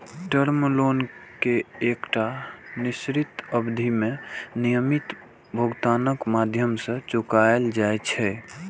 term loan कें एकटा निश्चित अवधि मे नियमित भुगतानक माध्यम सं चुकाएल जाइ छै